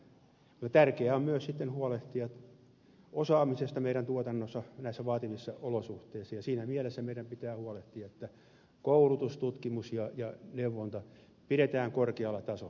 tärkeää on myös huolehtia tuotantoa koskevasta osaamisesta näissä vaativissa olosuhteissa ja siinä mielessä meidän pitää huolehtia siitä että koulutus tutkimus ja neuvonta pidetään korkealla tasolla